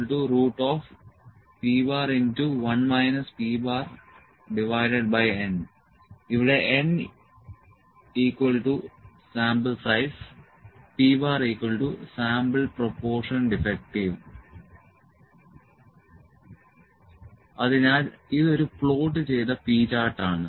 p p n ഇവിടെ n sample size p sample proportion defective അതിനാൽ ഇത് ഒരു പ്ലോട്ട് ചെയ്ത P ചാർട്ട് ആണ്